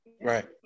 Right